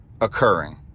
occurring